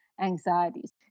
anxieties